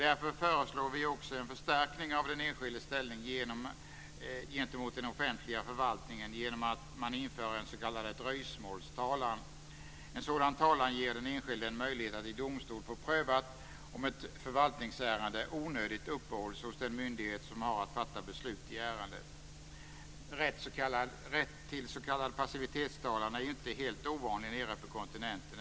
Därför föreslår vi också en förstärkning av den enskildes ställning gentemot den offentliga förvaltningen genom att införa en s.k. dröjsmålstalan. En sådan talan ger den enskilde en möjlighet att i domstol få prövat om ett förvaltningsärende onödigt uppehålls hos den myndighet som har att fatta beslut i ärendet. Rätt till s.k. passivitetstalan är inte helt ovanlig nere på kontinenten.